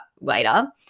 later